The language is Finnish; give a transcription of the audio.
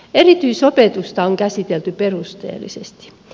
erityisopetusta on käsitelty perusteellisesti